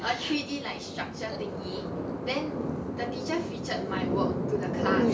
a three D like structure thingy then the teacher featured my work to the class